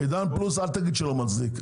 עידן פלוס, אל תגיד שלא מצדיק.